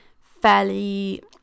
fairly